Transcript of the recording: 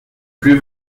plus